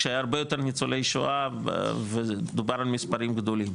שהיו הרבה יותר ניצולי שואה ודובר על מספרים גדולים,